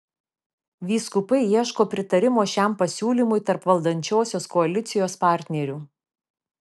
vyskupai ieško pritarimo šiam pasiūlymui tarp valdančiosios koalicijos partnerių